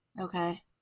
Okay